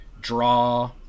draw